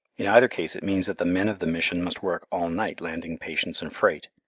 in either case it means that the men of the mission must work all night landing patients and freight,